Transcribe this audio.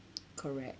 correct